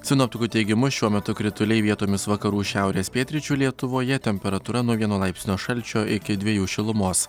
sinoptikų teigimu šiuo metu krituliai vietomis vakarų šiaurės pietryčių lietuvoje temperatūra nuo vieno laipsnio šalčio iki dviejų šilumos